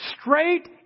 straight